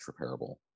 repairable